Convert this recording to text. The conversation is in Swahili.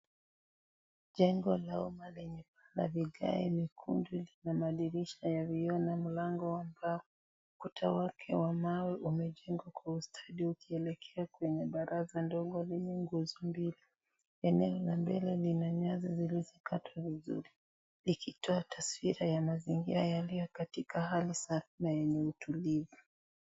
Vigae vyekundu vimehengwa kuelekea darasa ndogo, taswira ya vioo katika hali safi ya utulivu.